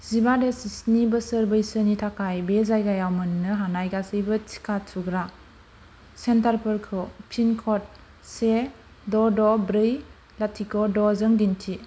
जिबा जिस्नि बोसोर बैसोनि थाखाय बे जायगायाव मोननो हानाय गासैबो टिका थुग्रा सेन्टार फोरखौ पिन क'ड से द' द' ब्रै लाथिख' द'जों दिन्थि